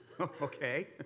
Okay